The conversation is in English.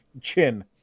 chin